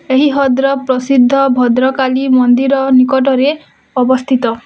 ଏହି ହଦ୍ର ପ୍ରସିଦ୍ଧ ଭଦ୍ରକାଲି ମନ୍ଦିର ନିକଟରେ ଅବସ୍ଥିତ